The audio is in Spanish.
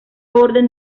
orden